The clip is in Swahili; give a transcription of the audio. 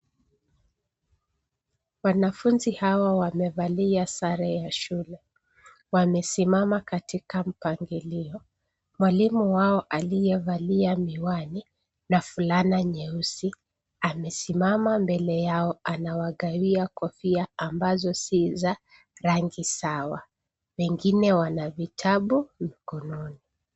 Wanafunzi hawa wamevalia sare ya shule. Wamesimama katika mpangilio. Mwalimu wao aliyevalia miwani na fulana nyeusi amesimama mbele yao anawagawia kofia ambazo si za rangi sawa. Wengine wana vitabu mkononi.